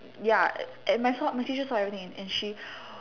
ya and and my saw my teacher saw everything and she